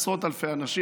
עשרות אלפי אנשים.